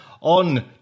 on